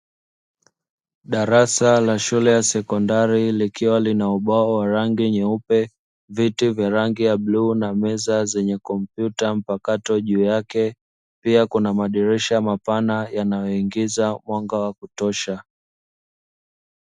Darasa la shule ya sekondari likiwa lina ubao wa rangi nyeupe, viti vya rangi ya bluu, na meza zenye kompyuta mpakato juu yake. Pia kuna madirisha ya mapana yanayoingiza mwanga wa kutosha.